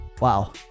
Wow